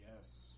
Yes